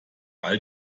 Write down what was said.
all